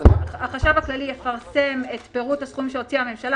החשב הכללי יפרסם את פירוט הסכום שהוציאה הממשלה,